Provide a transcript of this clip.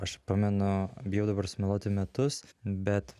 aš pamenu bijau dabar sumeluoti metus bet